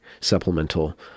supplemental